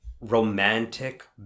romantic